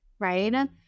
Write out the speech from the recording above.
right